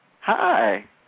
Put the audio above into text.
Hi